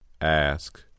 Ask